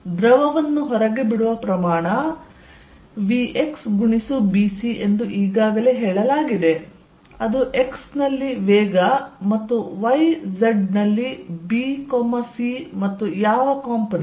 ಆದ್ದರಿಂದ ದ್ರವವನ್ನು ಹೊರಗೆ ಬಿಡುವ ಪ್ರಮಾಣ vxbc ಎಂದು ಈಗಾಗಲೇ ಹೇಳಲಾಗಿದೆ ಅದು x ನಲ್ಲಿ ವೇಗ ಮತ್ತು y z ನಲ್ಲಿ b c ಮತ್ತು ಯಾವ ಕಾಂಪೊನೆಂಟ್